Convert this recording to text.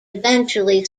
eventually